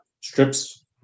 strips